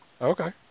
Okay